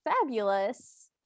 fabulous